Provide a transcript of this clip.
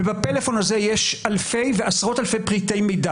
ובפלאפון הזה יש אלפי ועשרות אלפי פריטי מידע